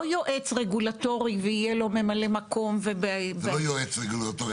לא יועץ רגולטורי ויהיה לו ממלא מקום ו --- זה לא יועץ רגולטורי,